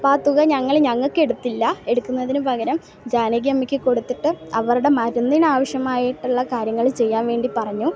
അപ്പം ആ തുക ഞങ്ങൾ ഞങ്ങൾക്ക് എടുത്തില്ല എടുക്കുന്നതിന് പകരം ജാനകിയമ്മക്ക് കൊടുത്തിട്ട് അവരുടെ മരുന്നിനാവശ്യമായിട്ടുള്ള കാര്യങ്ങൾ ചെയ്യാൻ വേണ്ടി പറഞ്ഞു